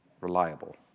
reliable